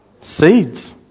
Seeds